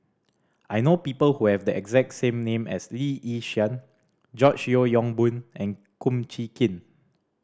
I know people who have the exact name as Lee Yi Shyan George Yeo Yong Boon and Kum Chee Kin